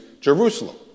Jerusalem